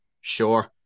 Sure